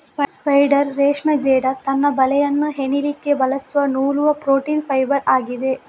spider ರೇಷ್ಮೆ ಜೇಡ ತನ್ನ ಬಲೆಯನ್ನ ಹೆಣಿಲಿಕ್ಕೆ ಬಳಸುವ ನೂಲುವ ಪ್ರೋಟೀನ್ ಫೈಬರ್ ಆಗಿದೆ